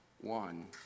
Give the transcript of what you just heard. One